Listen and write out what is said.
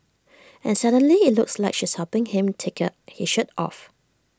and suddenly IT looks like she's helping him take his shirt off